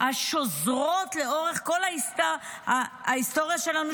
השוזרות לאורך כל ההיסטוריה שלנו,